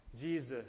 Jesus